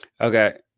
Okay